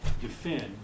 defend